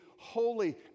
Holy